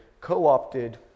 co-opted